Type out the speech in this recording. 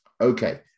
Okay